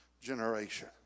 generation